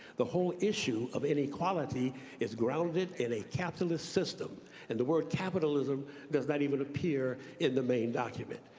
the whole issue of inequality is grounded in a capitalist system and the word capitalism does not even appear in the main document.